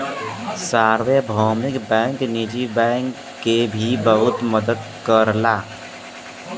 सार्वभौमिक बैंक निजी बैंक के भी बहुत मदद करला